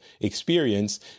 experience